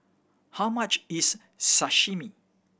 how much is Sashimi